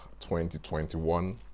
2021